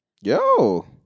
Yo